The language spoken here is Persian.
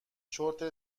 چرت